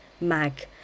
MAG